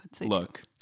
look